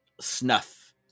snuff